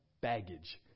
baggage